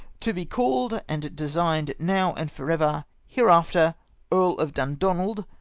to be called and designed now and for ever hereafter earl of dundonald,